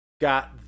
got